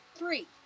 Three